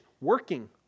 working